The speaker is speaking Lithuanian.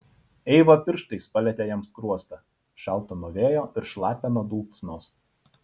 eiva pirštais palietė jam skruostą šaltą nuo vėjo ir šlapią nuo dulksnos